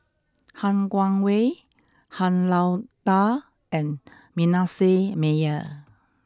Han Guangwei Han Lao Da and Manasseh Meyer